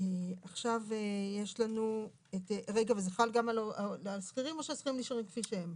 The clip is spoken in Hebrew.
וזה חל גם על שכירים או ששכירים נשארים כפי שהם?